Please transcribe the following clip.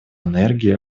энергии